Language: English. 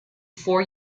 four